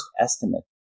estimate